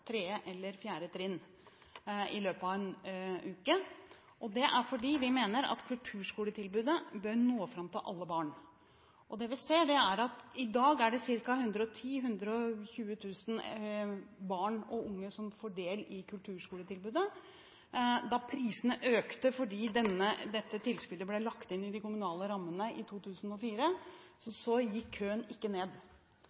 3. eller 4. trinn i løpet av en uke. Det er fordi vi mener at kulturskoletilbudet bør nå fram til alle barn. Det vi ser, er at det i dag er ca. 110 000–120 000 barn og unge som får ta del i kulturskoletilbudet. Da prisene økte fordi dette tilskuddet ble lagt inn i de kommunale rammene i 2004,